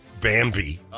Bambi